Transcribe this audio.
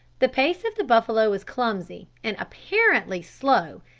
the pace of the buffalo is clumsy, and apparently slow,